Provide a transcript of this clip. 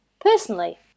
personally